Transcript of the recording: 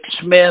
Smith